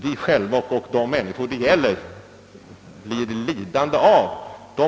Vi själva och de människor som är berörda blir i annat fall lidande.